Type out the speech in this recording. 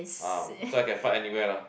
!wow! so I can fart anywhere lah